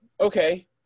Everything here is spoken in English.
okay